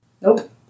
Nope